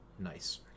Nice